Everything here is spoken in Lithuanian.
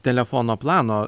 telefono plano